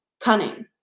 cunning